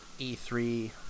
E3